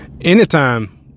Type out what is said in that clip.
anytime